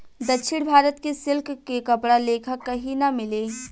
दक्षिण भारत के सिल्क के कपड़ा लेखा कही ना मिले